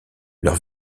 leur